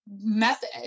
method